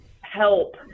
help